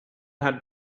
had